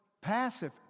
passive